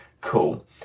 cool